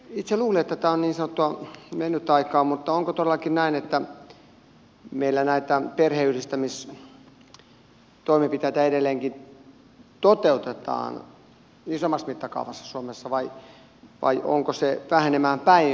itse luulin että tämä on niin sanottua mennyttä aikaa mutta onko todellakin näin että meillä näitä perheenyhdistämistoimenpiteitä edelleenkin toteutetaan isommassa mittakaavassa suomessa vai onko se vähenemään päin ollut